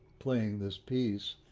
playing this piece.